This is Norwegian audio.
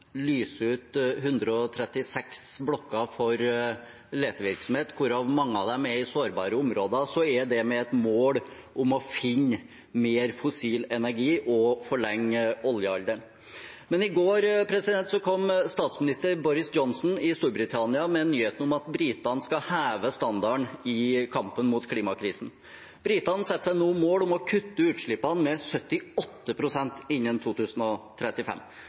ut 136 blokker for letevirksomhet, hvorav mange er i sårbare områder, er det med et mål om å finne mer fossil energi og forlenge oljealderen. Men i går kom statsminister Boris Johnson i Storbritannia med nyheten om at britene skal heve standarden i kampen mot klimakrisen. Britene setter seg nå mål om å kutte utslippene med 78 pst. innen 2035.